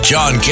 John